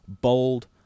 bold